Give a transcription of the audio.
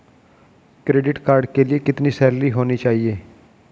Credit card के लिए कितनी सैलरी होनी चाहिए?